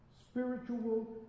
Spiritual